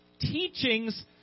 teachings